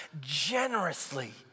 generously